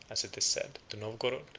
as it is said, to novogorod,